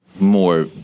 More